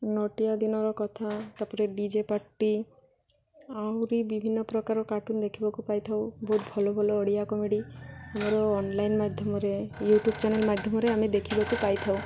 ନଟିଆ ଦିନର କଥା ତା'ପରେ ଡି ଜେ ପାାର୍ଟି ଆହୁରି ବିଭିନ୍ନ ପ୍ରକାର କାର୍ଟୁନ୍ ଦେଖିବାକୁ ପାଇଥାଉ ବହୁତ ଭଲ ଭଲ ଓଡ଼ିଆ କମେଡ଼ି ଆମର ଅନଲାଇନ୍ ମାଧ୍ୟମରେ ୟୁଟ୍ୟୁବ୍ ଚ୍ୟାନେଲ୍ ମାଧ୍ୟମରେ ଆମେ ଦେଖିବାକୁ ପାଇଥାଉ